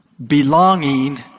Belonging